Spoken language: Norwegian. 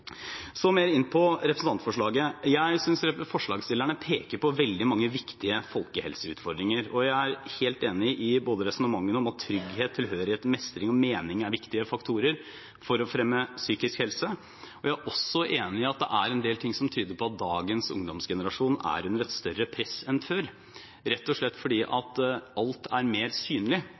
Så mer inn på representantforslaget: Jeg synes forslagsstillerne peker på veldig mange viktige folkehelseutfordringer. Jeg er helt enig i både resonnementene om at trygghet, tilhørighet, mestring og mening er viktige faktorer for å fremme psykisk helse og også at det er en del ting som tyder på at dagens ungdomsgenerasjon er under et større press enn før, rett og slett fordi alt er mer synlig.